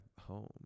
home